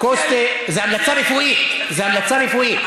כוס תה, זה המלצה רפואית.